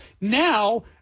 Now